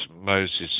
Moses